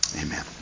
Amen